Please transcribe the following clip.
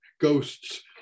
ghosts